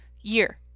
year